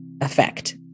effect